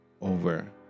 over